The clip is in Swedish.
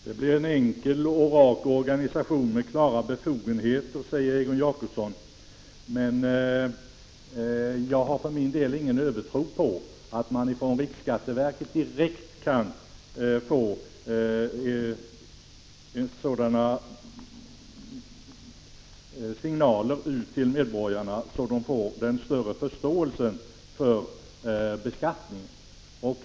Herr talman! Det blir en enkel och rak organisation med klara befogenheter, säger Egon Jacobsson. Jag har för min del ingen övertro på att riksskatteverket direkt kan få ut sådana signaler till medborgarna att de får större förståelse för beskattningen.